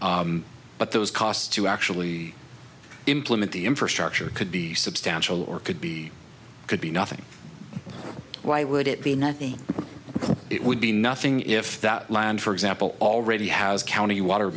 but those costs to actually implement the infrastructure could be substantial or could be could be nothing why would it be nothing it would be nothing if that land for example already has county water